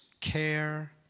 care